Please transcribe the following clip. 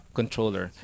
controller